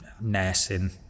nursing